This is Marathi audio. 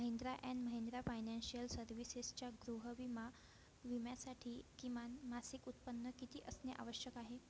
महिंद्रा अँड महिंद्रा फायनॅन्शियल सर्व्हिसेसचा गृह विमा विम्यासाठी किमान मासिक उत्पन्न किती असणे आवश्यक आहे